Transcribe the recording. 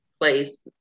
place